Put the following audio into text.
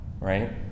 right